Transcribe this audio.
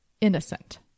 innocent